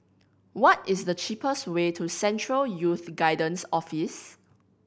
what is the cheapest way to Central Youth Guidance Office